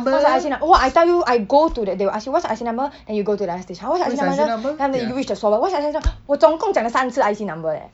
what's your I_C num~ !wah! I tell you I go to that they will ask you what's your I_C number then you go to or no other station what's your I_C number then after that you reach the swabber what's your I_C number 我总共讲三次 I_C number leh